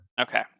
Okay